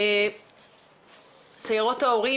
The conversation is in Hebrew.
סיירות ההורים,